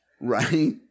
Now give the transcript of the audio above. Right